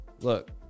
Look